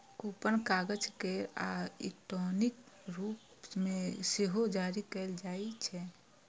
coupon कागज केर आ इलेक्ट्रॉनिक रूप मे सेहो जारी कैल जाइ छै